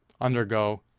undergo